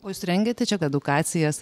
o jūs rengiate čia edukacijas